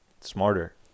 smarter